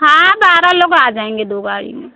हाँ बारह लोग आ जाएँगे दो गाड़ी में